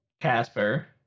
Casper